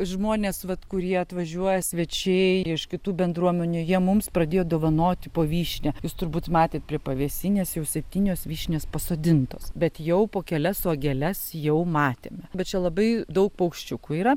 žmonės vat kurie atvažiuoja svečiai iš kitų bendruomenių jie mums pradėjo dovanoti po vyšnią jūs turbūt matėt prie pavėsinės jau septynios vyšnios pasodintos bet jau po kelias uogeles jau matėme bet čia labai daug paukščiukų yra